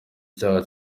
icyaha